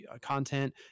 content